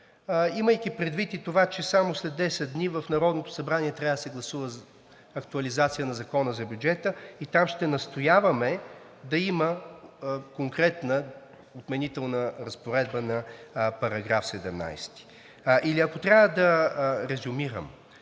имайки предвид и това, че само след 10 дни в Народното събрание трябва да се гласува актуализация на Закона за бюджета, и там ще настояваме да има конкретна отменителна разпоредба на § 17. Ако трябва да резюмирам